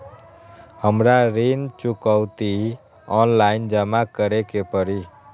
हमरा ऋण चुकौती ऑनलाइन जमा करे के परी?